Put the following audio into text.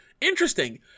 Interesting